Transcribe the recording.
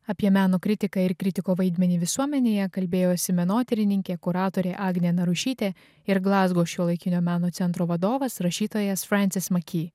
apie meno kritiką ir kritiko vaidmenį visuomenėje kalbėjosi menotyrininkė kuratorė agnė narušytė ir glazgo šiuolaikinio meno centro vadovas rašytojas francis maky